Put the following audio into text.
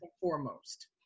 foremost